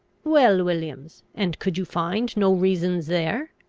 well, williams, and could you find no reasons there?